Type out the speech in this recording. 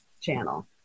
channel